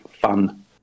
fun